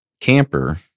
camper